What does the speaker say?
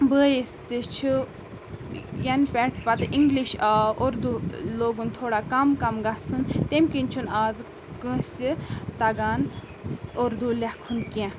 بٲیِس تہِ چھُ یَنہٕ پٮ۪ٹھ پَتہٕ اِنٛگلِش آو اُردو لوگُن تھوڑا کَم کَم گژھُن تمہِ کِنۍ چھُنہٕ آز کٲنٛسہِ تَگان اُردوٗ لٮ۪کھُن کیٚنٛہہ